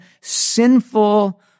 sinful